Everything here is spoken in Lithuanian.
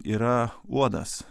yra uodas